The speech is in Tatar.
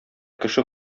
кеше